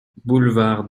boulevard